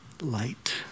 light